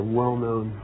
well-known